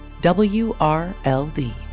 W-R-L-D